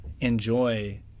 enjoy